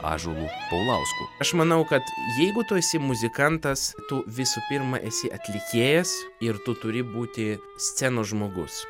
ąžuolu paulausku aš manau kad jeigu tu esi muzikantas tu visų pirma esi atlikėjas ir tu turi būti scenos žmogus